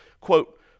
quote